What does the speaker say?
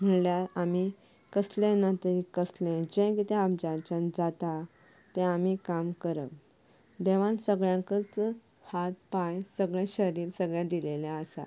ना जाल्यार आमी कसलें ना कसलें कितें आमच्याच्यान जाता तें आमी काम करप देवान सगळ्यांकूच हात पांय सगळें शरीर सगळें दिल्लें आसा